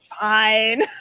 fine